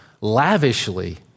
lavishly